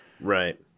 Right